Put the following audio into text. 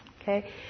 Okay